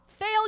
fail